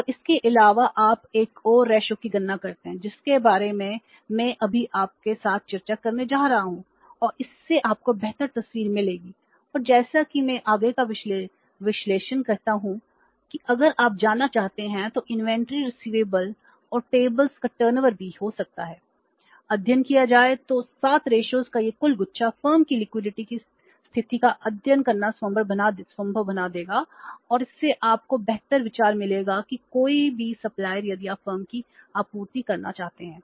और इसके अलावा आप 1 और रेशों यदि आप फर्म को आपूर्ति करना चाहते हैं